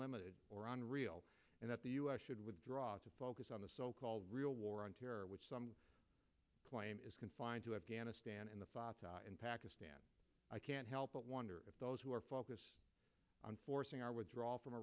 limited or unreal and that the us should withdraw to focus on the so called real war on terror which some claim is confined to afghanistan in the fata in pakistan i can't help but wonder if those who are focused on forcing our withdrawal from